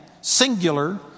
singular